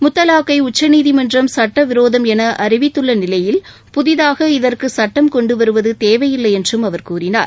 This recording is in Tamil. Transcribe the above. முத்தலாக்கை உச்சநீதிமன்றம் சுட்டவிரோதம் என அறிவித்துள்ள நிலையில் புதிதாக இதற்கு சுட்டம் கொண்டுவருவது தேவையில்லை என்றும் அவர் கூறினார்